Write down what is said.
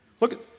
Look